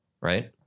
right